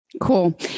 cool